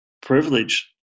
privilege